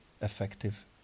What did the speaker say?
effective